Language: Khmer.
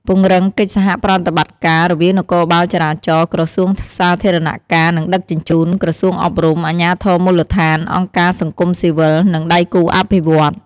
ពង្រឹងកិច្ចសហប្រតិបត្តិការ រវាងនគរបាលចរាចរណ៍ ក្រសួងសាធារណការ និងដឹកជញ្ជូន ក្រសួងអប់រំ អាជ្ញាធរមូលដ្ឋាន អង្គការសង្គមស៊ីវិល និងដៃគូអភិវឌ្ឍន៍។